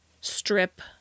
strip